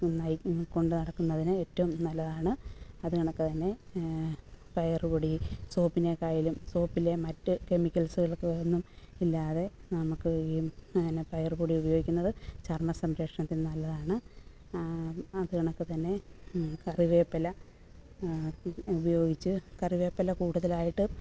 നന്നായി കൊണ്ടുനടക്കുന്നതിന് ഏറ്റവും നല്ലതാണ് അത് കണക്കുതന്നെ പയറുപൊടി സോപ്പിനെക്കാളും സോപ്പിലെ മറ്റു കെമിക്കൽസുകൾക്ക് ഒന്നും ഇല്ലാതെ നമുക്ക് ഈ പിന്നെ പയറുപൊടി ഉപയോഗിക്കുന്നത് ചർമ്മ സംരക്ഷണത്തിന് നല്ലതാണ് അത് കണക്കുതന്നെ കറിവേപ്പില ഉപയോഗിച്ച് കറിവേപ്പില കൂടുതലായിട്ട്